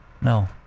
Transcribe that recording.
no